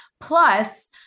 plus